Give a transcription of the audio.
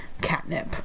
catnip